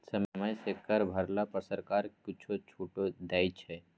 समय सँ कर भरला पर सरकार किछु छूटो दै छै